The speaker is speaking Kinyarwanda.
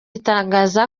itangaza